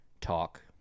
talk